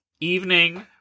Evening